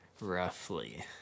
roughly